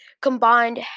combined